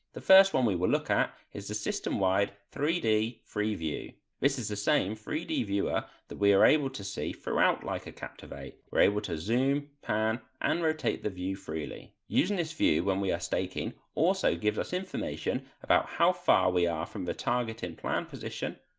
the first one we will look at is the system wide three d free view. this is the same three d viewer that we are able to see throughout leica captivate, we are able to zoom, pan and rotate the view freely. using this view when we are staking also gives us information about how far we are from the target in plan position,